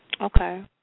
Okay